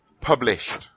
published